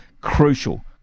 crucial